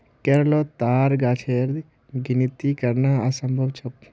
केरलोत ताड़ गाछेर गिनिती करना असम्भव छोक